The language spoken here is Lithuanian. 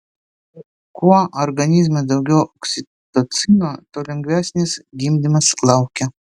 kuo organizme daugiau oksitocino tuo lengvesnis gimdymas laukia